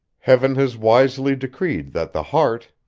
heaven has wisely decreed that the heart,